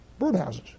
birdhouses